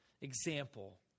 example